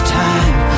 time